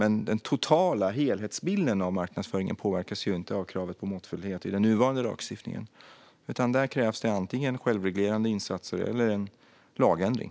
Men den totala helhetsbilden av marknadsföringen påverkas inte av kravet på måttfullhet i den nuvarande lagstiftningen. Där krävs det antingen självreglerande insatser eller en lagändring.